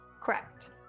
Correct